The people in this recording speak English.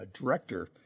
director